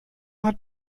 hat